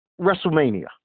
WrestleMania